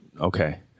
Okay